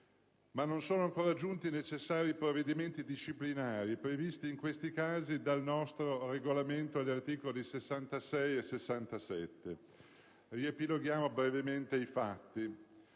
Ma non sono ancora giunti i necessari provvedimenti disciplinari previsti, in questi casi, dal nostro Regolamento agli articoli 66 e 67. Riepiloghiamo brevemente i fatti.